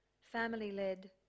Family-led